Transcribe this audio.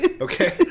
Okay